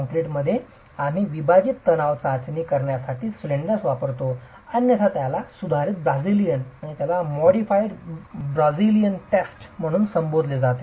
कंक्रीटमध्ये आम्ही विभाजित तणाव चाचणी करण्यासाठी सिलिंडर्स वापरतो अन्यथा याला सुधारित ब्राझीलियन चाचणी म्हणून संबोधले जाते